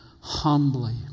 Humbly